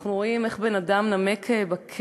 אנחנו רואים איך בן-אדם נמק בכלא,